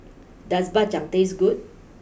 does Dak Chang taste good